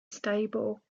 stable